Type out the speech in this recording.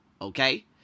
Okay